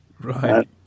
Right